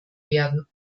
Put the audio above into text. werden